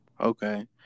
okay